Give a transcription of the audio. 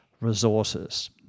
resources